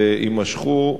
ויימשכו,